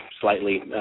slightly